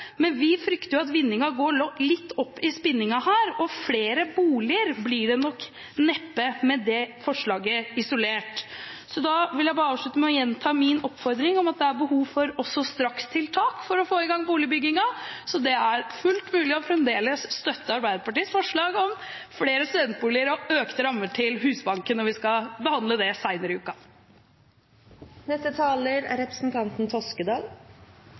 men vi frykter at vinninga går litt opp i spinninga her – og flere boliger blir det neppe med det forslaget, isolert sett. Jeg vil bare avslutte med å gjenta min oppfordring om at det også er behov for strakstiltak for å få i gang boligbyggingen, så det er fremdeles fullt mulig å støtte Arbeiderpartiets forslag om flere studentboliger og økte rammer til Husbanken når vi skal behandle det senere i